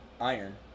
iron